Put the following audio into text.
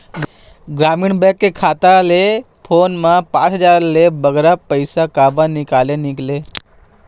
ग्रामीण बैंक के खाता ले फोन पे मा पांच हजार ले बगरा पैसा काबर निकाले निकले?